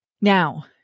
Now